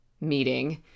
meeting